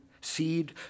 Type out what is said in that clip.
seed